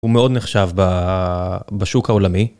הוא מאוד נחשב בשוק העולמי.